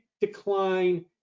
decline